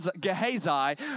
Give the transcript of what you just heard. Gehazi